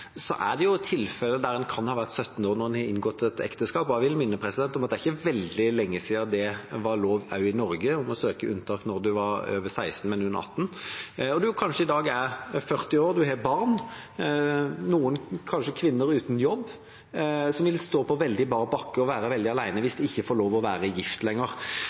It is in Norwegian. er det jo tilfeller der en kan ha vært 17 år når en har inngått et ekteskap. Jeg vil minne om at det er ikke veldig lenge siden det var lov også i Norge å søke unntak når du var over 16 år, men under 18 år, og når du kanskje i dag er 40 år, du har barn, og noen er kanskje kvinner uten jobb, vil du stå på bar bakke og være veldig alene hvis du ikke får lov til å være gift lenger.